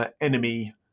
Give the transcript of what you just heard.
enemy